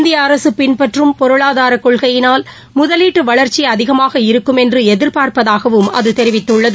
இந்தியஅரசுபின்பற்றம் பொருளாதாரகொள்கையினால் முதலீட்டுவளர்ச்சிஅதிகமாக இருக்கும் என்றுஎதிர்பார்ப்பதாகவும் அதுதெரிவித்துள்ளது